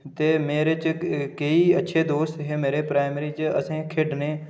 ते मेरे च केईं अच्छे दोस्त हे मेरे प्राइमरी च असें खेढने